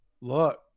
look